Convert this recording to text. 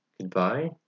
Goodbye